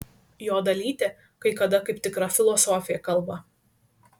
jo dalytė kai kada kaip tikra filosofė kalba